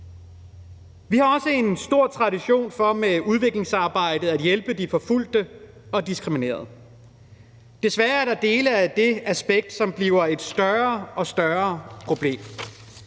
Vi har også en stor tradition for med udviklingsarbejdet at hjælpe de forfulgte og diskriminerede. Desværre er der dele af det aspekt, som bliver et større og større problem.